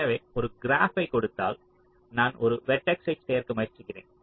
எனவே ஒரு கிராப்பை கொடுத்தால் நான் ஒரு வெர்டெக்ஸைச் சேர்க்க முயற்சிக்கிறேன்